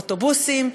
אוטובוסים,